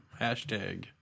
Hashtag